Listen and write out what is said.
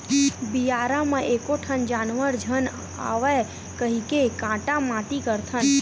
बियारा म एको ठन जानवर झन आवय कहिके काटा माटी करथन